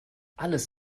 alles